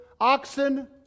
oxen